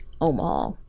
Omaha